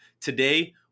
Today